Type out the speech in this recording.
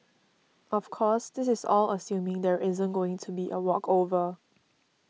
of course this is all assuming there isn't going to be a walkover